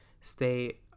stay